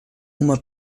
uma